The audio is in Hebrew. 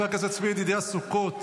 חבר הכנסת צבי ידידיה סוכות,